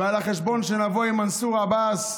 ועל החשבון שנבוא עם מנסור עבאס,